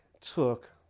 took